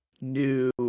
new